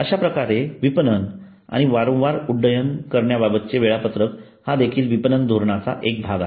अश्याप्रकारे विपणन आणि वारंवार उड्डाण करण्याबाबतचे वेळापत्रक हा देखील विपणन धोरणाचा एक भाग आहे